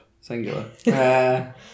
singular